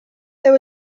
there